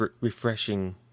refreshing